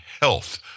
health